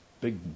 big